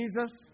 Jesus